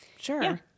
Sure